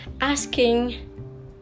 Asking